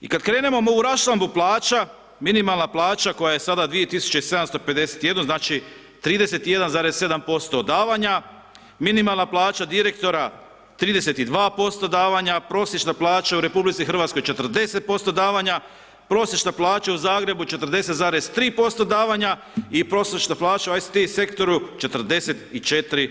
I kad krenemo u raščlambu plaća, minimalna plaća koja je sada 2751, znači 31,7% davanja, minimalna plaća direktora 32% davanja, prosječna plaća u RH 40%, prosječna plaća u Zagrebu 40,3% davanja i prosječna plaća u ... sektoru, 44%